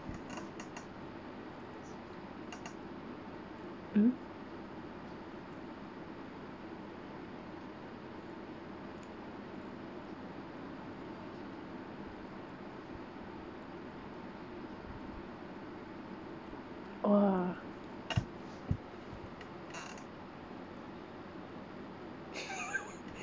um !wah!